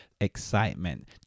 excitement